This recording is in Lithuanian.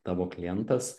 tavo klientas